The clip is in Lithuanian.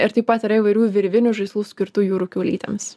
ir taip pat yra įvairių virvinių žaislų skirtų jūrų kiaulytėms